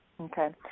Okay